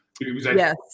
Yes